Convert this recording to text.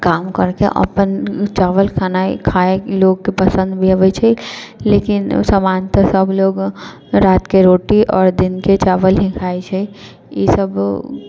काम करिके अपन चावल खेनाइ खाइ लोकके पसन्द भी अबै छै लेकिन सामान्यतः सभ लोक रातिके रोटी आओर दिनके चावल हि खाइ छै ई सभ